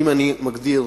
אם אני מגדיר